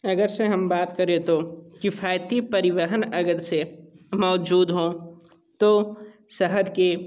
अगर से हम बात करें तो किफायती परिवहन अगर से मौजूद हो तो शहर के